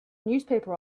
newspaper